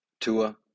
Tua